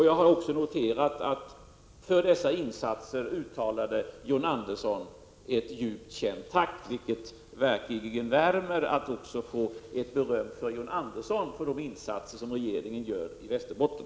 Jag har också noterat att John Andersson har uttalat ett djupt känt tack för dessa insatser. Det värmer verkligen att få beröm från John Andersson för de insatser som regeringen gör i Västerbotten.